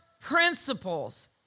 principles